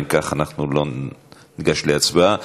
אם כך לא ניגש להצבעה.